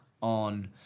on